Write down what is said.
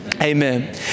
Amen